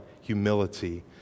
humility